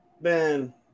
Man